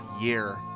year